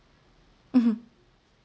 mmhmm